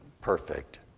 perfect